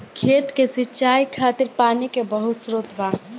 खेत के सिंचाई खातिर पानी के बहुत स्त्रोत बा